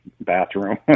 bathroom